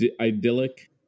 idyllic